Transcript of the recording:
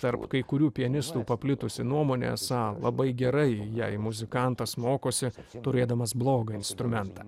tarp kai kurių pianistų paplitusi nuomonė esą labai gerai jei muzikantas mokosi turėdamas blogą instrumentą